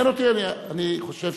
אני חושב